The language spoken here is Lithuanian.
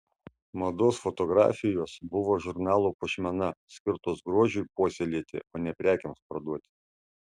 mados fotografijos buvo žurnalo puošmena skirtos grožiui puoselėti o ne prekėms parduoti